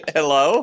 Hello